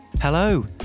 Hello